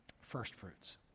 Firstfruits